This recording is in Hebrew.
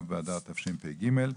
על סדר-היום: